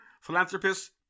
philanthropist